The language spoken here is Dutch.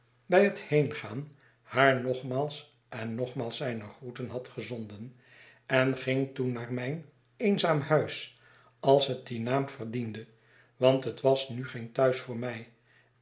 bij het heengaan haar nogmaals en nogmaals zijne groeten had gezonden en ging toen naar mijn eenzaam thuis als het dien naam verdiende want het was nu geen thuis voor mij